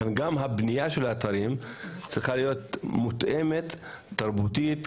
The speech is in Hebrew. גם בניית האתרים צריכה להיות מותאמת תרבותית,